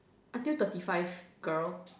until thirty five girl